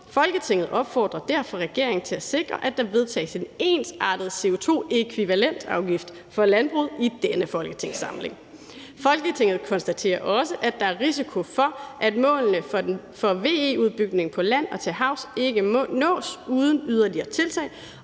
Folketinget opfordrer derfor regeringen til at sikre, at der vedtages en ensartet CO2-e-afgift for landbruget i denne folketingssamling. Folketinget konstaterer også, at der er en risiko for, at målene for VE-udbygning på land og til havs ikke nås uden yderligere tiltag,